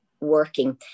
working